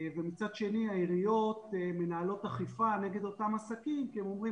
ומצד שני העיריות מנהלות אכיפה נגד אותם עסקים כי הם אומרים